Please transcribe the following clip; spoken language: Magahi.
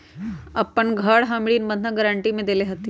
अपन घर हम ऋण बंधक गरान्टी में देले हती